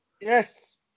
Yes